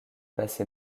passé